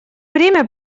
время